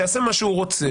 שיעשה מה שהוא רוצה.